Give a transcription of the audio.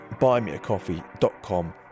buymeacoffee.com